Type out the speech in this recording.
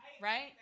right